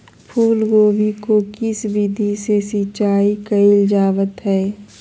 फूलगोभी को किस विधि से सिंचाई कईल जावत हैं?